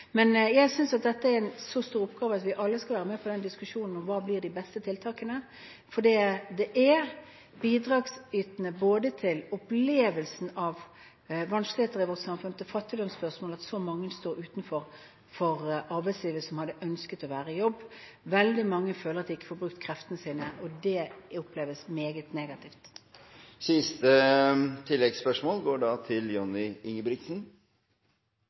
Men jeg synes at dette er en så stor oppgave at vi alle skal være med på diskusjonen om hva som er de beste tiltakene, for det er bidragsytende både til opplevelsen av vanskeligheter ved vårt samfunn og til fattigdomsspørsmål, at så mange som hadde ønsket å være i jobb, står utenfor arbeidslivet. Veldig mange føler at de ikke får brukt kreftene sine, og det oppleves meget negativt. Johnny Ingebrigtsen – til